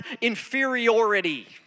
inferiority